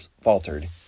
faltered